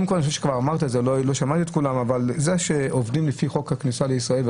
לא שמעתי את כל דוברים אבל זה שעובדים לפי חוק הכניסה לישראל,